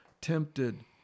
tempted